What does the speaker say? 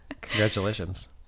congratulations